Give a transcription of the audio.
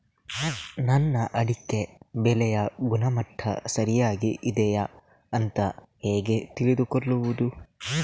ನನ್ನ ಅಡಿಕೆ ಬೆಳೆಯ ಗುಣಮಟ್ಟ ಸರಿಯಾಗಿ ಇದೆಯಾ ಅಂತ ಹೇಗೆ ತಿಳಿದುಕೊಳ್ಳುವುದು?